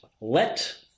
Let